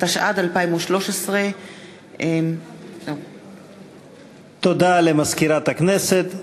התשע"ד 2013. תודה למזכירת הכנסת.